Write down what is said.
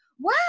wow